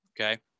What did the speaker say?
okay